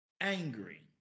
Angry